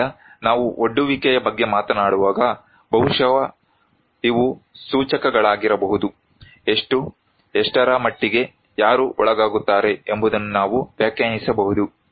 ಆದ್ದರಿಂದ ನಾವು ಒಡ್ಡುವಿಕೆಯ ಬಗ್ಗೆ ಮಾತನಾಡುವಾಗ ಬಹುಶಃ ಇವು ಸೂಚಕಗಳಾಗಿರಬಹುದು ಎಷ್ಟು ಎಷ್ಟರ ಮಟ್ಟಿಗೆ ಯಾರು ಒಳಗಾಗುತ್ತಾರೆ ಎಂಬುದನ್ನು ನಾವು ವ್ಯಾಖ್ಯಾನಿಸಬಹುದು